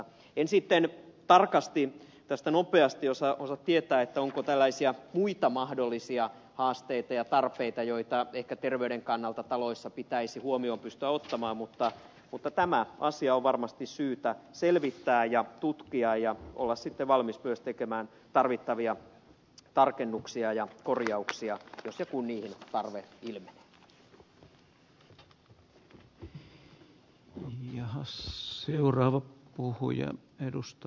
en sitten tarkasti tästä nopeasti osaa tietää onko tällaisia muita mahdollisia haasteita ja tarpeita joita ehkä terveyden kannalta taloissa pitäisi huomioon pystyä ottamaan mutta tämä asia on varmasti syytä selvittää ja tutkia ja olla sitten valmis myös tekemään tarvittavia tarkennuksia ja korjauksia jos ja kun niihin tarve ilmenee